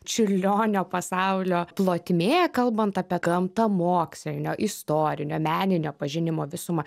čiurlionio pasaulio plotmė kalbant apie gamtamokslinio istorinio meninio pažinimo visumą